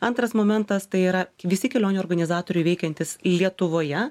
antras momentas tai yra visi kelionių organizatoriui veikiantys lietuvoje